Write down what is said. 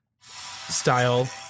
style